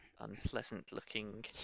unpleasant-looking